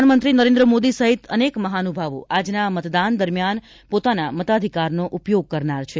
પ્રધાન મંત્રી નરેન્દ્ર મોદી સહીત અનેક મહાનુભાવો આજના મતદાન દરમિયાન પોતાના મતાધિકાર નો ઉપયોગ કરનાર છે